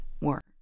work